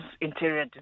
interior